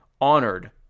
honored